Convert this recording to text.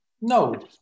No